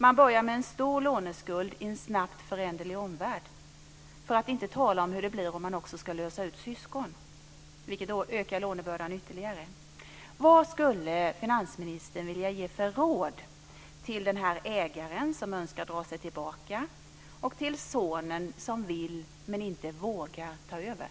Man börjar med en stor låneskuld i en snabbt föränderlig omvärld, för att inte tala om hur det blir om man också ska lösa ut syskon, vilket ökar lånebördan ytterligare. Vad skulle finansministern vilja ge för råd till den ägare som önskar dra sig tillbaka och till sonen, som vill men inte vågar ta över?